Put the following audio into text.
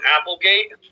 Applegate